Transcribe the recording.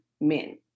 men